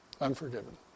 unforgiven